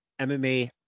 MMA